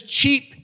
cheap